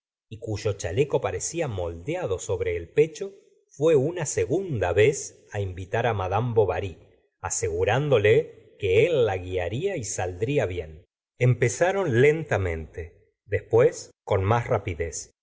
y cuyo chaleco parecía moldeado sobre el pecho fué una segunda vez invitar madame bovary asegurándole que él la guiaría y saldría bien empezaron lentamente después con más rapidez